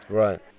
right